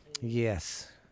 yes